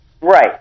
Right